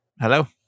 Hello